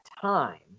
time